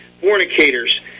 fornicators